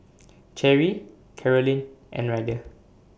Cherry Carolyne and Ryder